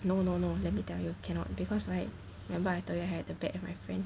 no no no let me tell you cannot because right remember I thought you I had a bet with my friend